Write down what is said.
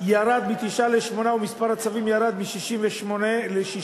ירד מתשעה לשמונה ומספר הצווים ירד מ-68 ל-60.